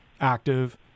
active